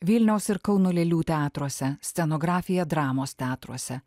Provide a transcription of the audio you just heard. vilniaus ir kauno lėlių teatruose scenografiją dramos teatruose